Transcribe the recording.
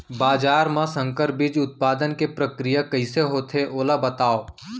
बाजरा मा संकर बीज उत्पादन के प्रक्रिया कइसे होथे ओला बताव?